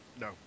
No